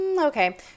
Okay